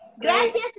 Gracias